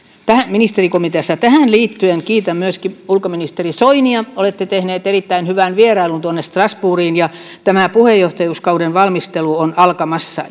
ministerikomiteassa tähän liittyen kiitän myöskin ulkoministeri soinia olette tehnyt erittäin hyvän vierailun strasbourgiin ja tämä puheenjohtajuuskauden valmistelu on alkamassa